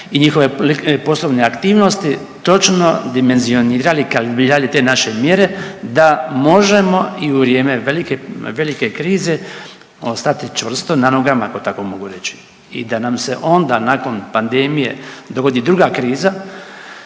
i njihove poslovne aktivnosti, točno dimenzionirali i kalibirali te naše mjere da možemo i u vrijeme velike, velike krize ostati čvrsto na nogama ako tako mogu reći i da nam se onda nakon pandemije dogodi druga kriza